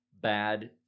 bad